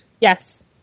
Yes